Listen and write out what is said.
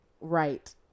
Right